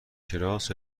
کراس